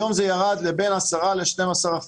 היום זה ירד ועומד על כ-12%-10%.